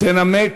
תנמק.